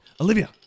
Olivia